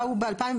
באו ב-2021.